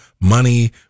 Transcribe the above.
money